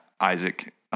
Isaac